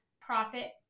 profit